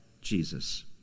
Jesus